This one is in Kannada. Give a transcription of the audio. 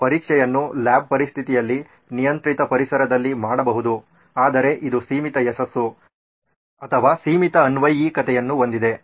ನಿಮ್ಮ ಪರೀಕ್ಷೆಯನ್ನು ಲ್ಯಾಬ್ ಪರಿಸ್ಥಿತಿಗಳಲ್ಲಿ ನಿಯಂತ್ರಿತ ಪರಿಸರದಲ್ಲಿ ಮಾಡಬಹುದು ಆದರೆ ಇದು ಸೀಮಿತ ಯಶಸ್ಸು ಅಥವಾ ಸೀಮಿತ ಅನ್ವಯಿಕತೆಯನ್ನು ಹೊಂದಿದೆ